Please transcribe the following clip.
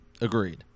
Agreed